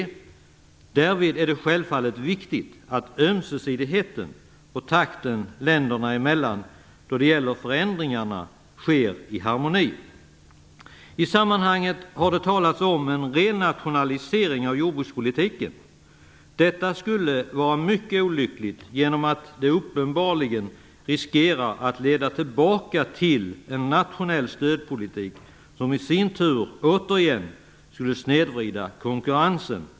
Därvid är det självfallet viktigt att ömsesidigheten och takten länderna emellan då det gäller förändringar sker i harmoni. I sammanhanget har det talats om en renationalisering av jordbrukspolitiken. Detta skulle vara mycket olyckligt genom att det uppenbarligen riskerar att leda tillbaka till en nationell stödpolitik, som i sin tur återigen skulle snedvrida konkurrensen.